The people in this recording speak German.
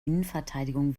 innenverteidigung